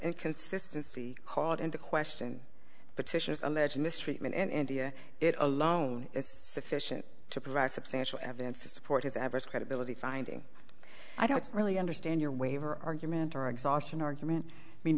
inconsistency called into question petitions alleged mistreatment and india it alone is sufficient to provide substantial evidence to support his adverse credibility finding i don't really understand your waiver argument or exhaustion argument i mean